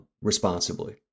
responsibly